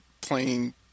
playing